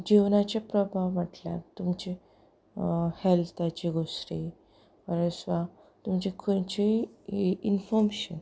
जिवनाचे प्रभाव म्हटल्यार तुमची हेल्ताची गोश्टी ऑर एल्स तुमचे खंयचेंय इनफोमेशन